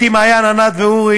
אתי, מעיין, ענת ואורי.